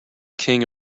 king